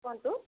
କୁହନ୍ତୁ